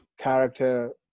character